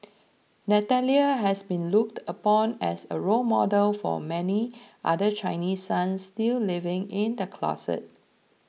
Natalia has been looked upon as a role model for many other Chinese sons still living in the closet